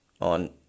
on